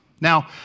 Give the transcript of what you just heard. now